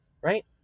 right